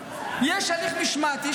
יש הליך משמעתי,